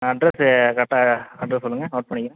address கரெட்டாக address சொல்லுங்கள் note பண்ணிக்கிறேன்